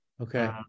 Okay